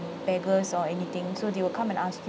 beggars or anything so they will come and ask